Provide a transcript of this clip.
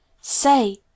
Say